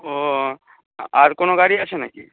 ও আর কোনো গাড়ি আছে নাকি